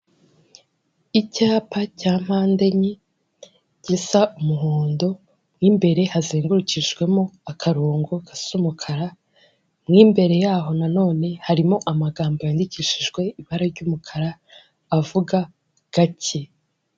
Icyapa cya mpande enye gisa umuhondo, mo imbere hazengurukijwemo akarongo gasa umukara, mo imbere yaho na none harimo amagambo yandikishijwe ibara ry'umukara, avuga "gake".